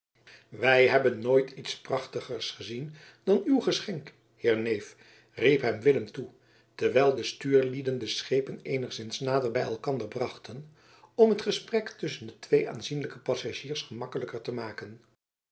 wij hebben nooit iets prachtigers gezien dan uw geschenk heer neef riep hem willem toe terwijl de stuurlieden de schepen eenigszins nader bij elkander brachten om het gesprek tusschen de twee aanzienlijke passagiers gemakkelijker te maken